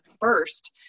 first